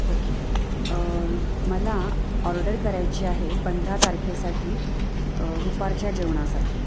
okay मला order करायची आहे पंधरा तारखेसाठी दुपारच्या जेवणासाठी